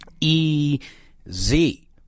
E-Z